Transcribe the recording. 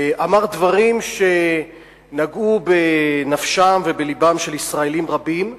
דברים שנגעו בנפשם ובלבם של ישראלים רבים ועוררו,